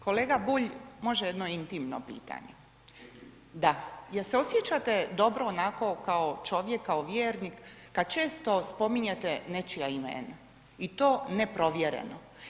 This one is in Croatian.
Kolega Bulj, može jedno intimno pitanje? ... [[Upadica se ne čuje.]] Je li se osjećate dobro onako kao čovjek, kao vjernik kada često spominjete nečija imena i to neprovjereno?